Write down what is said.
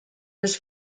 his